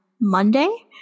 Monday